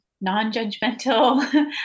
non-judgmental